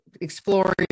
exploring